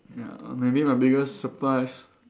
ya err maybe my biggest surprise